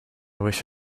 wish